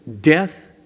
death